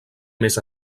més